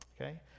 Okay